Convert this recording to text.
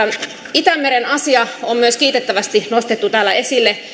itämeren asia on myös kiitettävästi nostettu täällä esille